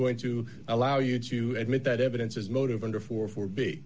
going to allow you to admit that evidence as motive under for for b